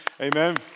Amen